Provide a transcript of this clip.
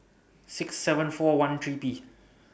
six seven four one three P